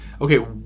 okay